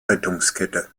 rettungskette